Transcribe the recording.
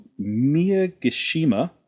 Miyagishima